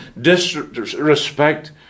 Disrespect